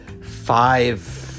five